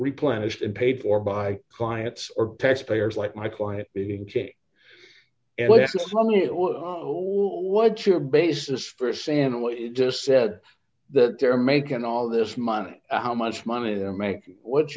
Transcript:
replenished and paid for by clients or taxpayers like my client less money it was all what your basis for saying what you just said that they're making all this money how much money they're making what